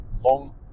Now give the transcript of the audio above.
long